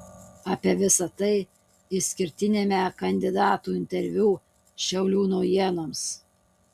apie visa tai išskirtiniame kandidatų interviu šiaulių naujienoms